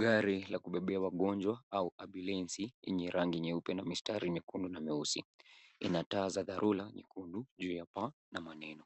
Gari la kubeba wagonjwa au ambulensi yenye rangi nyeupe na mistari nyekundu na nyeusi. Lina taa za dharura nyekundu juu ya paa na maneno